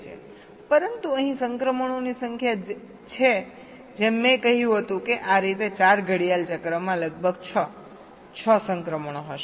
પરંતુ અહીં સંક્રમણોની સંખ્યા છે જેમ મેં કહ્યું હતું કે આ રીતે 4 ઘડિયાળ ચક્રમાં લગભગ 6 6 સંક્રમણો હશે